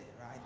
right